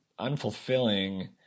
unfulfilling